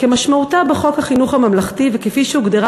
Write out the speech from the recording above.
כמשמעותה בחוק חינוך ממלכתי וכפי שהוגדרה